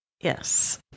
Yes